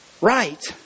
right